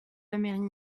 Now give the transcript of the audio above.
jamais